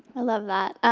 i love that.